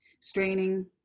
Straining